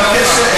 אני מבקש.